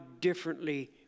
differently